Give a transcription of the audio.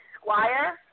squire